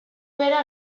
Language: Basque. bera